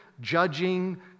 judging